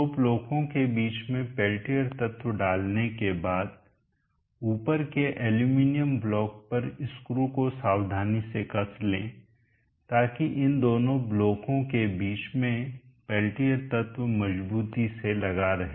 दो ब्लॉकों के बीच में पेल्टियर तत्व डालने के बाद ऊपर के एल्यूमीनियम ब्लॉक पर स्क्रू को सावधानी से कस लें ताकि इन दोनों ब्लॉकों के बीच में पेल्टियर तत्व मजबूती से लगा रहे